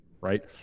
right